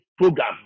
program